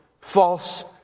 false